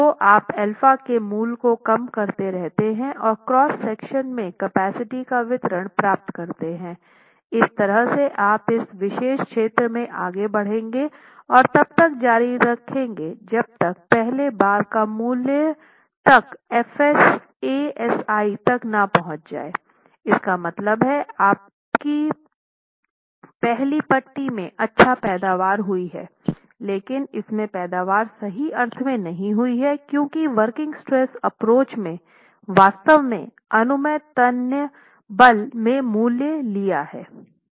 तो आप α के मूल्य को कम करते रहते हैं और क्रॉस सेक्शन में कैपेसिटी का वितरण प्राप्त करते हैं इस तरह से आप इस विशेष क्षेत्र में आगे बढ़ेंगे और तब तक जारी रहेंगे जब तक पहले बार का मूल्य तक Fs Asi तक ना पहुंच जाये इसका मतलब है पहली पट्टी में अच्छी पैदावार हुई है लेकिन इसमें पैदावार सही अर्थ में नहीं हुई है क्योंकि वर्किंग स्ट्रेस एप्रोच में वास्तव में अनुमेय तन्य बल के मूल्य लिया है